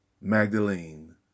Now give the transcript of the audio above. Magdalene